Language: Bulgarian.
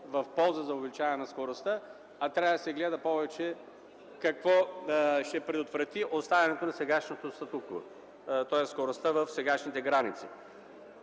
в полза на увеличаване на скоростта, а трябва да се гледа повече какво ще предотврати оставането на сегашното статукво, тоест скоростта в сегашните граници.